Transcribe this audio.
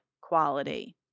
quality